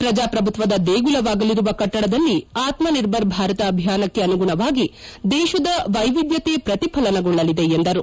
ಪ್ರಜಾಪ್ರಭುತ್ವದ ದೇಗುಲವಾಗಲಿರುವ ಕಟ್ಟಡದಲ್ಲಿ ಆತ್ಸಿರ್ಭರ್ ಭಾರತ ಅಭಿಯಾನಕ್ಕೆ ಅನುಗುಣವಾಗಿ ದೇಶದ ವೈವಿದ್ಯತೆ ಪ್ರತಿಫಲನಗೊಳ್ಳಲಿದೆ ಎಂದರು